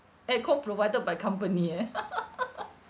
air-con provided by company eh